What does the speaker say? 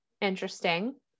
interesting